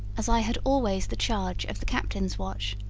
as i had always the charge of the captain's watch,